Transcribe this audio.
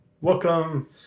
Welcome